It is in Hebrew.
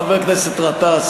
חבר הכנסת גטאס,